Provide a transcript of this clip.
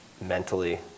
mentally